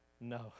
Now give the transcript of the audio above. No